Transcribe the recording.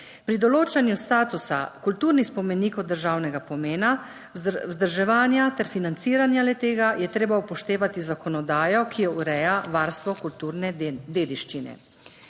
Pri določanju statusa kulturnih spomenikov državnega pomena, vzdrževanja ter financiranja le tega je treba upoštevati zakonodajo, ki ureja varstvo kulturne dediščine.